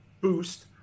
boost